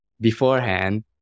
Beforehand